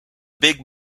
big